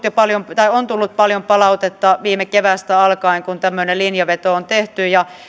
ja siitä on tullut paljon palautetta viime keväästä alkaen kun tämmöinen linjanveto on tehty